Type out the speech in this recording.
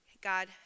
God